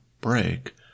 break